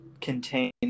contain